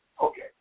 Okay